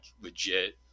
legit